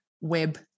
web